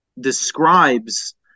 describes